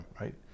right